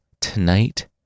Tonight